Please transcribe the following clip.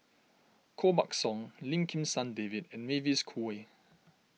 Koh Buck Song Lim Kim San David and Mavis Khoo Oei